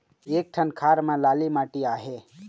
एक ठन खार म लाली माटी आहे?